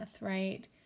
right